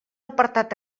apartat